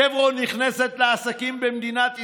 שברון נכנסה לעסקים במדינת ישראל,